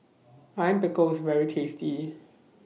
Lime Pickle IS very tasty